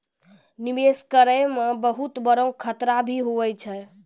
निवेश करै मे बहुत बड़ो खतरा भी हुवै छै